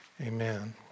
Amen